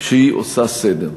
החלטה שהיא עושה סדר.